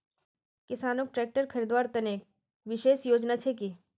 किसानोक ट्रेक्टर खरीदवार तने विशेष योजना छे कि?